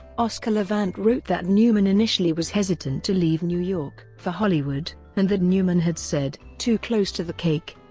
oscar levant wrote that newman initially was hesitant to leave new york for hollywood, and that newman had said, too close to the cake.